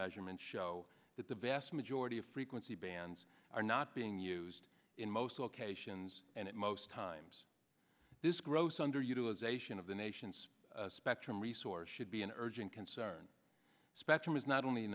measurements show that the vast majority of frequency bands are not being used in most locations and at most times this gross underutilization of the nation's spectrum resource should be an urgent concern spectrum is not only in